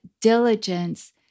diligence